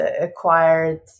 acquired